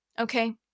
okay